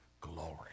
glory